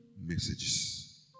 messages